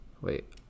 wait